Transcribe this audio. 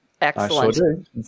Excellent